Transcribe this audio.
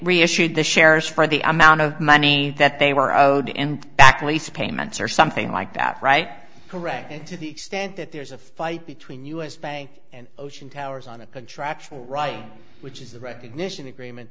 reassured the sheriff for the amount of money that they were of out and back lease payments or something like that right correct and to the extent that there's a fight between us bank and ocean towers on a contractual right which is the recognition agreement